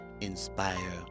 inspire